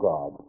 God